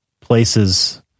places